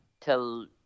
till